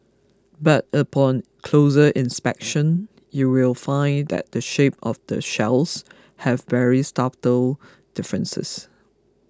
but upon closer inspection you will find that the shape of the shells have very subtle differences